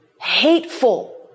hateful